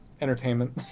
Entertainment